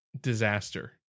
Disaster